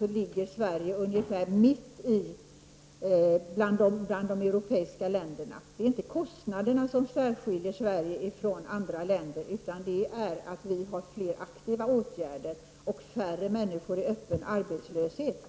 ligger ungefär i mitten bland de europeiska länderna. Det är inte kostnaderna som särskiljer Sverige från andra länder, utan det som skiljer oss i Sverige från andra länder är att vi vidtar aktiva åtgärder och har färre människor i öppen arbetslöshet.